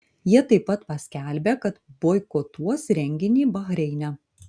jie taip pat paskelbė kad boikotuos renginį bahreine